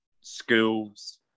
schools